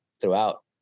throughout